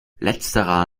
letzterer